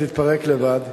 היא תתפרק לבד,